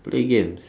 play games